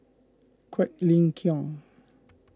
Quek Ling Kiong